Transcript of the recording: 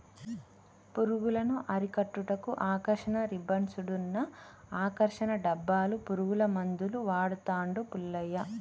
పురుగులను అరికట్టుటకు ఆకర్షణ రిబ్బన్డ్స్ను, ఆకర్షణ డబ్బాలు, పురుగుల మందులు వాడుతాండు పుల్లయ్య